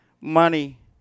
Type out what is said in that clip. money